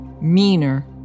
meaner